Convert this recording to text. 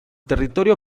territorio